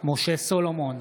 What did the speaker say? משה סולומון,